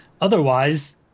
otherwise